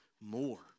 more